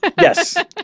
Yes